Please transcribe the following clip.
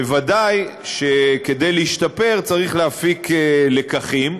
ודאי, כדי להשתפר צריך להפיק לקחים.